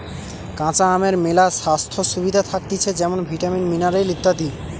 কাঁচা আমের মেলা স্বাস্থ্য সুবিধা থাকতিছে যেমন ভিটামিন, মিনারেল ইত্যাদি